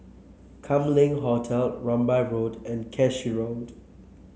Kam Leng Hotel Rambai Road and Cashew Road